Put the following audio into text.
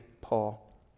Paul